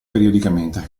periodicamente